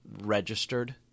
registered